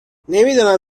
نمیدانم